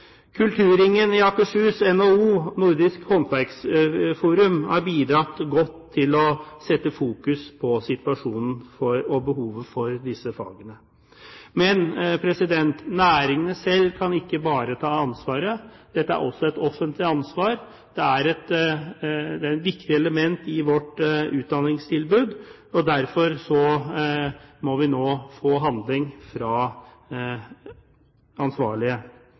Kulturringen i Akershus, NHO og Nordisk Håndverksforum har bidratt godt til å sette fokus på situasjonen og behovet for disse fagene. Men næringene selv kan ikke bare ta ansvaret, dette er også et offentlig ansvar. Det er et viktig element i vårt utdanningstilbud, og derfor må vi nå få handling fra ansvarlige,